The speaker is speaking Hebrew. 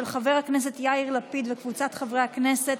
של חבר הכנסת יאיר לפיד וקבוצת חברי הכנסת.